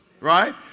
Right